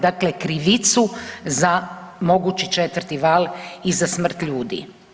Dakle, krivicu za mogući četvrti val i za smrt ljudi.